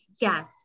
Yes